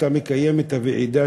אתה מקיים את הוועידה,